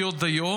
משמעותיות דין,